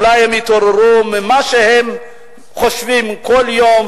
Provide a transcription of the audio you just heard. אולי הם יתעוררו ממה שהם חושבים כל יום: